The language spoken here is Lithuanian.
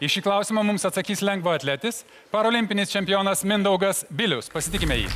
į šį klausimą mums atsakys lengvaatletis parolimpinis čempionas mindaugas bilius pasitikime jį